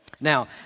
Now